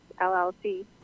LLC